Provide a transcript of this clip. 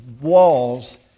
walls